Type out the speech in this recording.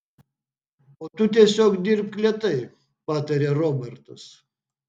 o tu tiesiog dirbk lėtai patarė robertas